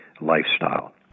lifestyle